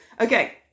Okay